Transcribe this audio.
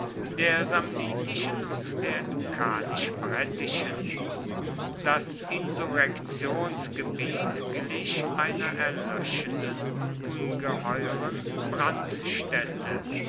der samnitischen und der lucanisch brettischen das insurrektionsgebiet glich einer erlöschenden ungeheuren brandstätte